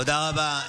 תודה רבה.